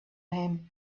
him